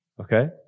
okay